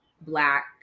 black